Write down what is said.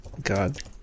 god